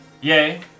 Yay